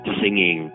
singing